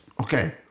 Okay